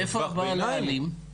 איפה הבעל האלים?